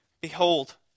Behold